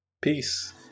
Peace